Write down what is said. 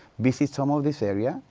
visit some of this area,